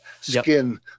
skin